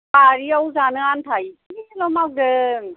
बारियाव जानो आन्था एसेल' मावदों